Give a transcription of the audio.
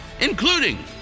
including